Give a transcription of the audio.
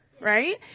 right